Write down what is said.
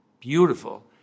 beautiful